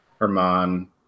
Herman